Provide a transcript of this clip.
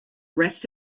rest